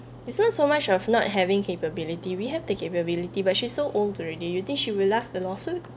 this one so much of not having capability we have the capability but she's so old already you think she will ask the lawsuit